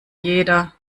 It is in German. jeder